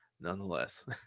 Nonetheless